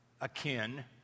akin